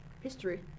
history